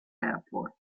airport